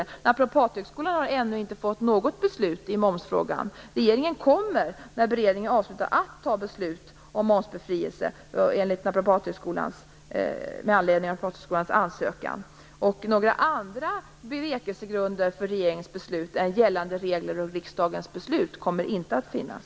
När det gäller Naprapathögskolan har ännu inget beslut fattats i momsfrågan. Regeringen kommer, när beredningen är avslutad, att fatta beslut med anledning av Naprapathögskolans ansökan. Några andra bevekelsegrunder för regeringens beslut än gällande regler och riksdagens beslut kommer inte att finnas.